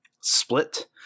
split